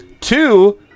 Two